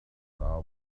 star